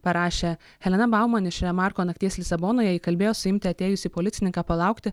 parašė helena bauman iš remarko nakties lisabonoje įkalbėjo suimti atėjusį policininką palaukti